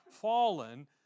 fallen